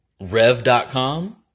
Rev.com